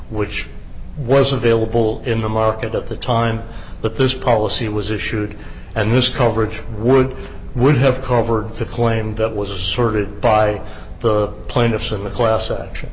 which was available in the market at the time but this policy was issued and this coverage would would have covered the claim that was asserted by the plaintiffs of a class action